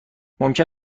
ممکن